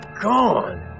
gone